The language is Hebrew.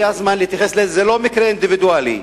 זה לא מקרה אינדיבידואלי.